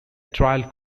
trial